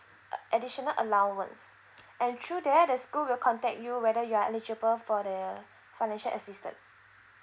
uh additional allowance and through there the school will contact you whether you are eligible for the financial assistant